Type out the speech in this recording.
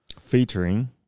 Featuring